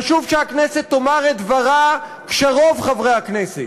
חשוב שהכנסת תאמר את דברה, כשרוב חברי הכנסת,